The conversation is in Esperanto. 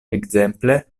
ekzemple